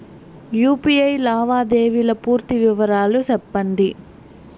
UPI లావాదేవీల పూర్తి వివరాలు సెప్పండి?